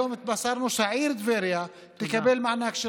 היום התבשרנו שהעיר טבריה תקבל מענק של